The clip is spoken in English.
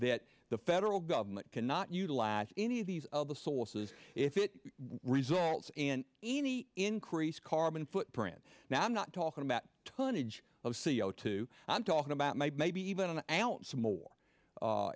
that the federal government cannot utilize any of these of the sources if it results in any increased carbon footprint now i'm not talking about tonnage of c o two i'm talking about maybe maybe even an